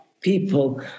people